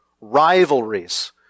Rivalries